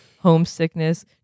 homesickness